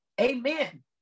Amen